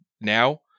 now